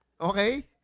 Okay